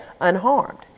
unharmed